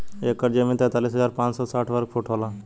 एक एकड़ जमीन तैंतालीस हजार पांच सौ साठ वर्ग फुट होला